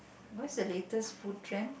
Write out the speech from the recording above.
what's the latest food trend